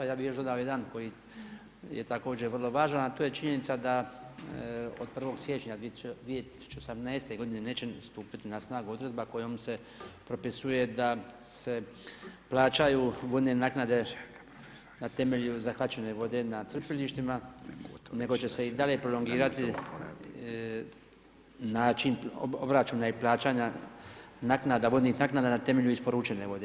Ja bih dodao još jedan koji je također vrlo važan, a to je činjenica da od 1. siječnja 2018. godine neće stupiti na snagu odredba kojom se propisuje da se plaćaju vodne naknade na temelju zahvaćene vode na crpilištima, nego će se i dalje prolongirati način obračuna i plaćanja vodnih naknada na temelju isporučene vode.